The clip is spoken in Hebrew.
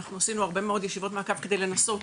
אנחנו עשינו הרבה מאוד ישיבות מעקב כדי לנסות